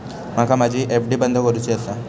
माका माझी एफ.डी बंद करुची आसा